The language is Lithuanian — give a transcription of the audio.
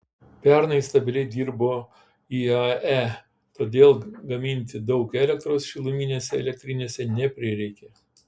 pernai stabiliai dirbo iae todėl gaminti daug elektros šiluminėse elektrinėse neprireikė